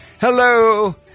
Hello